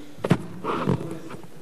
הלאה הקומוניזם.